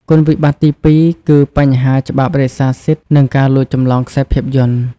គុណវិបត្តិទីពីរគឺ បញ្ហាច្បាប់រក្សាសិទ្ធិនិងការលួចចម្លងខ្សែភាពយន្ត។